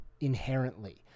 inherently